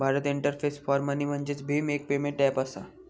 Bharat interface for money म्हणजेच भीम, एक पेमेंट ऐप असा